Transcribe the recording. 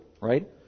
right